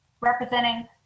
representing